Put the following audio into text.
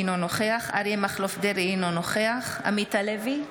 אינו נוכח אריה מכלוף דרעי, אינו נוכח עמית הלוי,